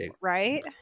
right